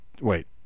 Wait